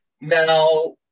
Now